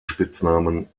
spitznamen